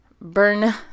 burn